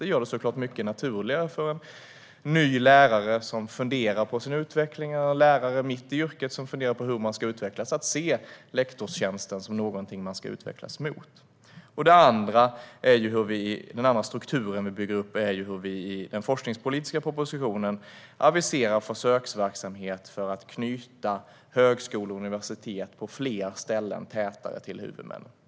Det gör det såklart mycket naturligare för en ny lärare eller en lärare mitt i yrket som funderar på sin utveckling att se lektorstjänsten som någonting att utvecklas mot. Den andra strukturen som vi bygger upp är att vi i den forskningspolitiska propositionen aviserar försöksverksamhet för att på fler ställen knyta högskolor och universitet tätare till huvudmännen.